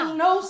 no